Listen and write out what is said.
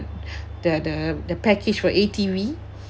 the the the package for A_T_V